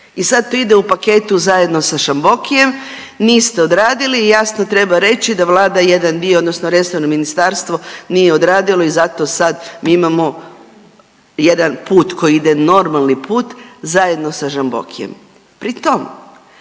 I sad to ide u paketu zajedno sa Žambokijem, niste odradili i jasno treba reći da Vlada jedan dio odnosno resorno Ministarstvo nije odradilo i zato sad mi imamo jedan put koji ide, normalni put zajedno sa Žambokijem. Pritom,